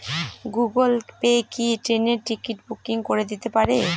Google Pay কি ট্রেনের ticket booking করে দিতে পারে?